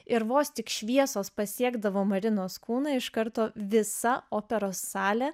ir vos tik šviesos pasiekdavo marinos kūną iš karto visa operos salė